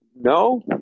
No